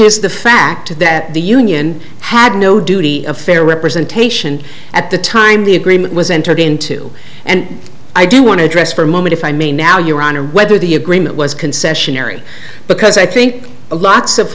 is the fact that the union had no duty of fair representation at the time the agreement was entered into and i do want to address for a moment if i may now your honor whether the agreement was concessionary because i think a lots of